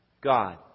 God